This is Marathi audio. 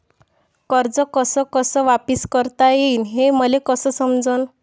कर्ज कस कस वापिस करता येईन, हे मले कस समजनं?